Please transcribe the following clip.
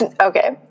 Okay